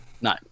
No